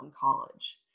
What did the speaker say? college